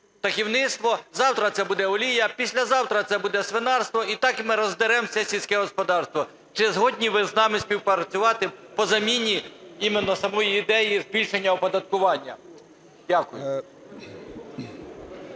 птахівництво, завтра це буде олія, післязавтра це буде свинарство. І так ми роздеремо все сільське господарство. Чи згодні ви з нами співпрацювати по заміні именно самої ідеї збільшення оподаткування? Дякую.